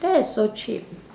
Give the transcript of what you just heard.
that is so cheap